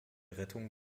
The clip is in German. rettung